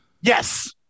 yes